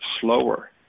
slower